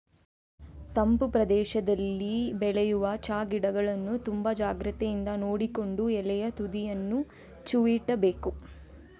ತಂಪು ಪ್ರದೇಶದಲ್ಲಿ ಬೆಳೆಯುವ ಚಾ ಗಿಡಗಳನ್ನ ತುಂಬಾ ಜಾಗ್ರತೆಯಿಂದ ನೋಡಿಕೊಂಡು ಎಲೆಯ ತುದಿಯನ್ನ ಚಿವುಟ್ಬೇಕು